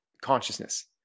consciousness